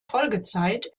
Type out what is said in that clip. folgezeit